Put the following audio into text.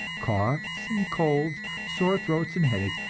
coughs and colds, sore throats and headaches,